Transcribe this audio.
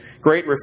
great